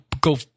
go